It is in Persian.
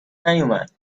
نیومد